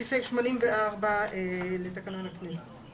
לפי סעיף 84 לתקנון הכנסת.